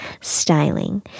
styling